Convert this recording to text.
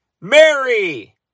Mary